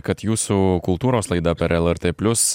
kad jūsų kultūros laida per lrt plius